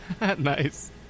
Nice